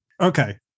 Okay